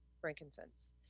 frankincense